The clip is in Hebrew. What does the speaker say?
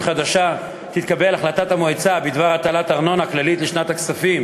חדשה תתקבל החלטת המועצה בדבר הטלת ארנונה כללית לשנת הכספים